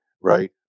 right